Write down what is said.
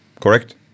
correct